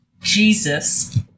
Jesus